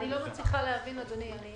אני לא מצליחה להבין, אדוני, אני